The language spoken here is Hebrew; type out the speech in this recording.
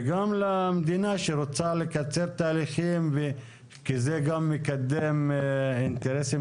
וגם למדינה שרוצה לקצר תהליכים כי זה מקדם אינטרסים